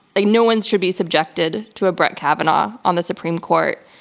like no one should be subjected to a brett kavanaugh on the supreme court.